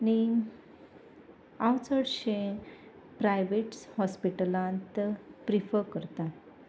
आनी हांव चडशें प्रायवेट हॉस्पिटलांत प्रिफर करतां